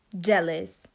Jealous